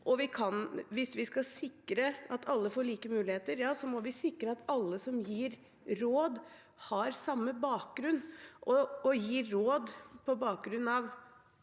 Hvis vi skal sikre at alle får like muligheter, må vi sikre at alle som gir råd, har samme bakgrunn og gir råd på bakgrunn av